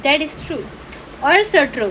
that is true also true